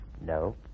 No